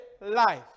life